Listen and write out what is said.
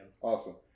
Awesome